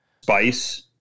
spice